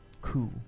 coup